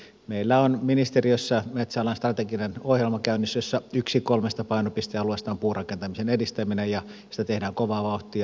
meillä on ministeriössä käynnissä metsäalan strateginen ohjelma jossa yksi kolmesta painopistealueesta on puurakentamisen edistäminen ja sitä tehdään kovaa vauhtia